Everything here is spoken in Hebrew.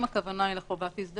אם הכוונה היא לחובת הזדהות,